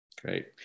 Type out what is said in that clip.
Great